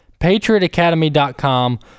PatriotAcademy.com